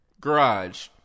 Garage